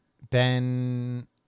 Ben